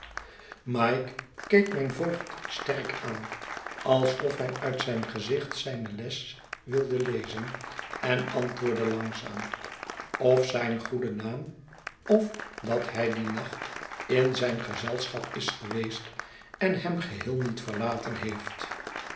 mike keek mijn voogd st erk aan alsof hij uit zijn gezicht zijne les wilde lezen en antwoordde iangzaam of zyn goeden naam of dat hij diennacht in zijn gezelschap is geweest en hem geheel niet verlaten heeft